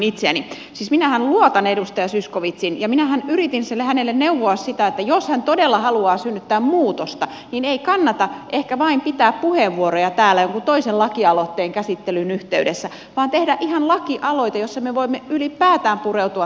siis minähän luotan edustaja zyskowicziin ja minähän yritin hänelle neuvoa sitä että jos hän todella haluaa synnyttää muutosta niin ei ehkä kannata vain pitää puheenvuoroja täällä jonkun toisen lakialoitteen käsittelyn yhteydessä vaan tehdä ihan lakialoite jossa me voimme ylipäätään pureutua tähän problematiikkaan